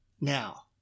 Now